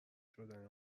شدن